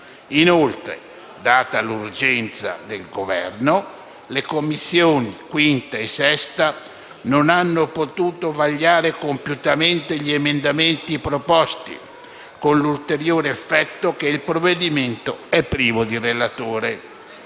Inoltre, data l'urgenza del Governo, le Commissioni 5ª e 6ª non hanno potuto vagliare compiutamente gli emendamenti proposti, con l'ulteriore effetto che il provvedimento è privo di relatore.